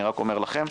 אני רק אומר לכם: